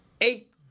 eight